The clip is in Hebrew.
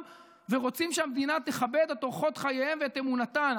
ורוצים שהמדינה תכבד את אורחות חייהם ואת אמונתם.